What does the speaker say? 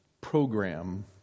program